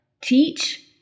teach